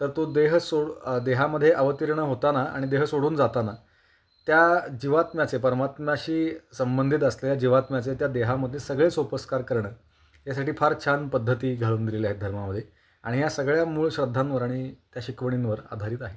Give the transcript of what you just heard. तर तो देह सोडून देहामध्ये अवतीर्ण होताना आणि देह सोडून जाताना त्या जीवात्म्याचे परमात्म्याशी संबंधित असलेल्या जीवात्म्याचे त्या देहामध्ये सगळे सोपस्कार करणं यासाठी फार छान पद्धती घालून दिलेल्या आहेत धर्मामध्ये आणि या सगळ्या मूळ श्रद्धांवर आणि त्या शिकवणींवर आधारित आहेत